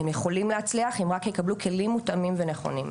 הם יכולים להצליח אם רק יקבלו כלים מותאמים ונכונים.